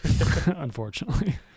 unfortunately